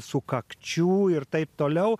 sukakčių ir taip toliau